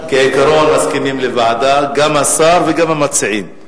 בעיקרון מסכימים לוועדה, גם השר וגם המציעים.